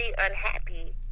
unhappy